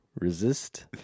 resist